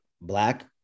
Black